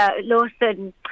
Lawson